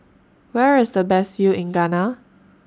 Where IS The Best View in Ghana